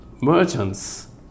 merchants